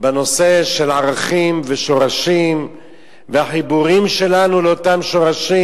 בנושא של ערכים ושורשים והחיבורים שלנו לאותם שורשים.